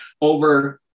over